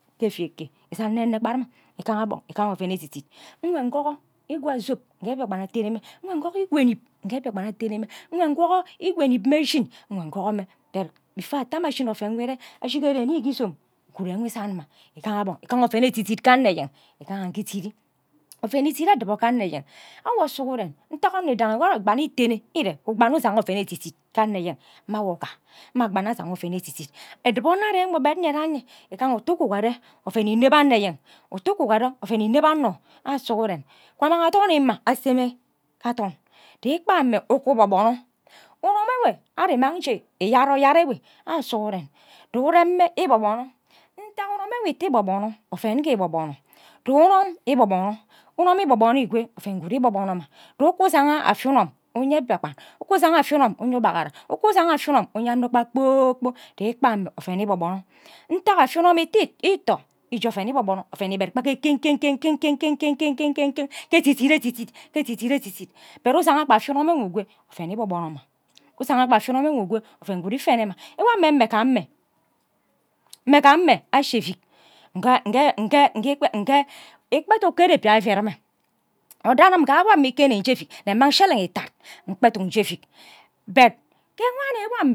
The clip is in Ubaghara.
Ke efia eke isan nenene kpa erim igaha gbom igaha oven edidit nkwe nkogor ikwa zob nghe mbiakpan atene mme nkwe nkogor ikwa enib nghe mbiakpan atene mme nkw nkagor ikwa enib mme shin nkwe nkogor mme then before ata mme ashin oven nwo ire ashighere nnighe izom uguru enwe izan mma igaha gbon igaha oven edidit ke anoyeng igaha nghe idiri oven edit edibo ke anno eneyeng awo sughure ntagha omo idungi wo ari ikpa inne iten ire nwo ugba nne ighiga oven edidit ke anno enyeng onno idangi wo ari igba nne itene ire nwo ukpai nne ushi oven editi ke anno enyeng mme awo gha mme agba nne ashiga oven edit edibo onno ari wo enwe igaha utu ugukogore igaha ute ukugore oven ineb anno awo ennyeng ute ukugore oven ineb anno awo sughuren kwa amang athm ima ase ghe athon je igba amme uku ugbobono unom enwe ari mmang nje iyab oyad ewe awe sughuren bu urem mme igbabono nta unom ewe ite igbobono oven it ije igbobono uye unom igbobono unom igbono ikwe oven guud igbobono mme je uku uzanga afia unomunye mbiakpan uku usanga afion unom unye ubaghore uku usang afion unom unye anno kpa kpor kpork ke ikpa amme oven igbobono oven igbed kpa ke ken ken ken ken ken ken ken ken ken ke editdit edidit ke edidit ke edidit edidit but usanga gba afia unom woi ngha ukwo oven igbobono mma ubaga gba afia ukwe oven guud ifene mama nwo ameme kam mme mme gam ishi efia agba eduk ke rebia ivi rime odo anim kan awo nne je efik nne mman shirm itad ngba eduk nje efik but ke wani wo ame